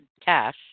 cash